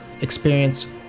experience